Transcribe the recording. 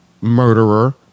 murderer